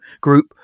group